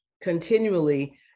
continually